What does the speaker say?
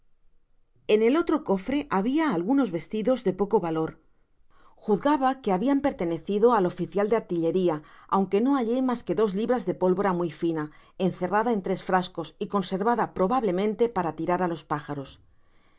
en el otro cofre babia auunos vestidos de poce valor juzgaba que habian pertenecido ai oficial de artilleria aunque no hallé mas que dos libras de pólvora muy fina encerrada en tres frascos y conservada probablemente para tirar á los pájaros